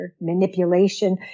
manipulation